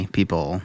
people